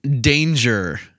danger